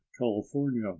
California